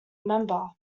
member